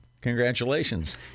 congratulations